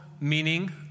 meaning